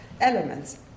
elements